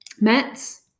Mets